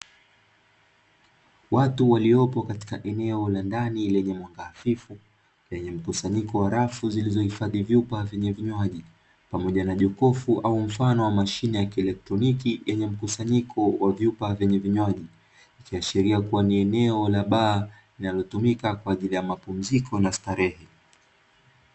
watu waliopo katika eneo la ndani lenye mwanga hafifu lenye mkusanyiko wa rafu zilizohifadhi vyupa zenye vinywaji pamoja na jokofu au mfano wa mashine ya kieletroninki lenye mkusanyiko wa vyupa lenye vinywaji ikihashiria kua ni eneo la baa linalotumika kwaajili ya mapunziko na starehe .